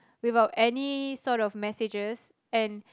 without any sort of messages and